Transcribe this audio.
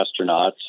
astronauts